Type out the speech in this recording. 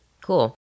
Cool